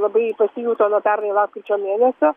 labai pasijuto nuo pernai lapkričio mėnesio